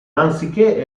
anziché